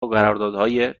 قراردادهای